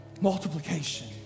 multiplication